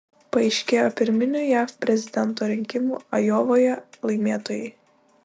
paaiškėjo pirminių jav prezidento rinkimų ajovoje laimėtojai